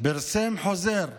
פרסם חוזר לבעלויות.